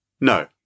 no